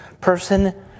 person